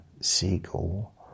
seagull